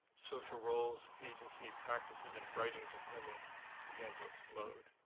social roles, agency, practices and writings of women began to explode.